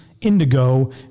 indigo